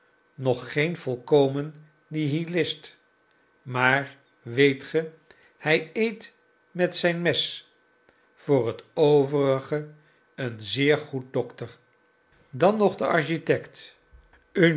nog geen volkomen nihilist maar weet ge hij eet met zijn mes voor t overige een zeer goed dokter dan nog de architect